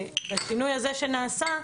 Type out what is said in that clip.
השינוי הזה שנעשה,